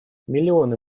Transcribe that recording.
миллионы